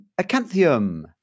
acanthium